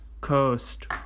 Coast